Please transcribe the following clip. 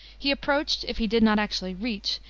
he approached, if he did not actually reach,